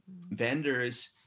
vendors